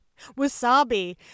Wasabi